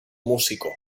músico